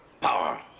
power